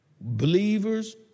Believers